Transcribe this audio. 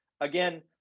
again